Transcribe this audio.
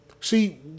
See